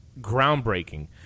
groundbreaking